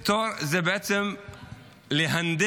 זה בעצם להנדס.